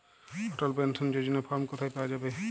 অটল pension যোজনার form কোথায় পাওয়া যাবে?